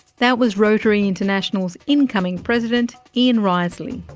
that was rotary international's incoming president ian riseley.